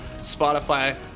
Spotify